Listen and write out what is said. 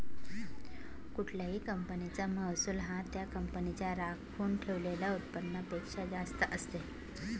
कुठल्याही कंपनीचा महसूल हा त्या कंपनीच्या राखून ठेवलेल्या उत्पन्नापेक्षा जास्त असते